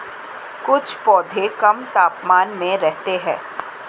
कुछ पौधे कम तापमान में रहते हैं